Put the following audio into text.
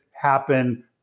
happen